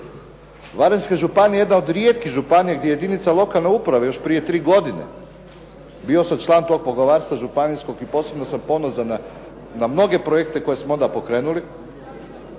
Varaždinska županije je jedna od rijetkih županija gdje jedinica lokalne uprave još prije tri godine, bio sam član tog poglavarstva županijskog i posebno sam ponosan na mnoge projekte koje smo onda pokrenuli.